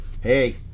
hey